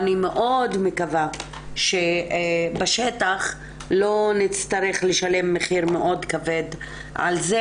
אני מאוד מקווה שבשטח לא נצטרך לשלם מחיר מאוד כבד על זה